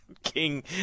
King